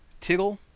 Tiggle